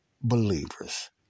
believers